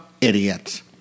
idiots